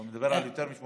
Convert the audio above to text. אתה מדבר על יותר מ-80%.